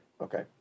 Okay